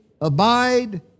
abide